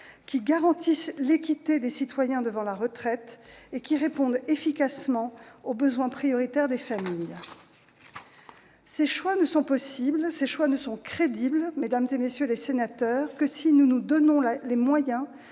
qui garantisse aux citoyens l'équité devant la retraite et qui réponde efficacement aux besoins prioritaires des familles. Ces choix ne sont possibles, ces choix ne sont crédibles, mesdames, messieurs les sénateurs, que si nous nous donnons les moyens